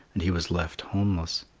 and he was left homeless.